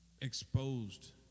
exposed